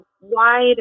wide